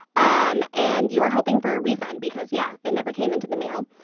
um and you are hoping for a refund because yeah it never came into the mail.